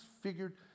figured